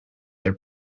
are